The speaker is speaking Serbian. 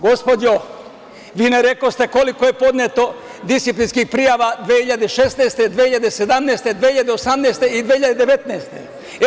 Gospođo, vi ne rekoste koliko je podneto disciplinskih prijava 2016, 2017, 2018. i 2019. godine?